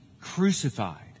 crucified